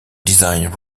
design